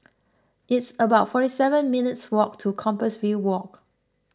it's about forty seven minutes' walk to Compassvale Walk